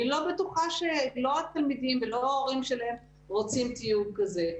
אני לא בטוחה שלא התלמידים ולא ההורים שלהם רוצים תיוג כזה.